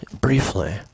briefly